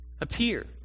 appear